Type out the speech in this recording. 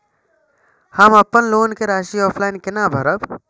हम अपन लोन के राशि ऑफलाइन केना भरब?